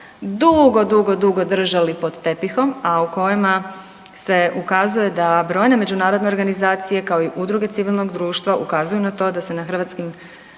također dugo, dugo držali pod tepihom, a u kojima se ukazuje da brojne međunarodne organizacije kao i udruge civilnog društva ukazuju na to da se na hrvatskim